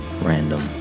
random